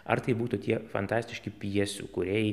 ar tai būtų tie fantastiški pjesių kūrėjai